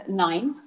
nine